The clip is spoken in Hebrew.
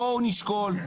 בסדר?